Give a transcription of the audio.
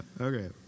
Okay